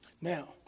Now